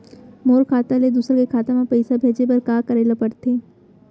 मोर खाता ले दूसर के खाता म पइसा भेजे बर का करेल पढ़थे?